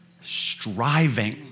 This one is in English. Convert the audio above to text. striving